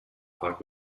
park